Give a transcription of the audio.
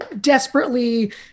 desperately